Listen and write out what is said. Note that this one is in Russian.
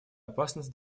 опасность